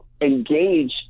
engage